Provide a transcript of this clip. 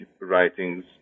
writings